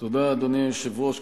אדוני היושב-ראש,